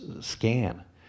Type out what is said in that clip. scan